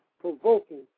provoking